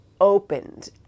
opened